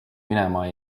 minema